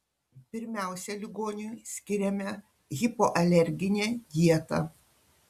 pirmiausia ligoniui skiriame hipoalerginę dietą